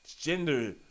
gender